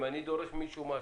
אם אני דורש ממישהו משהו,